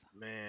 Man